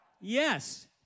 Yes